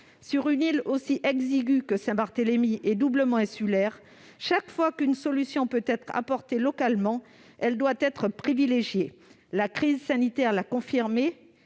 Sur une île aussi exiguë que Saint-Barthélemy et doublement insulaire, chaque fois qu'une solution peut être apportée localement, elle doit être privilégiée. La crise sanitaire l'a confirmé,